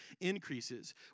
increases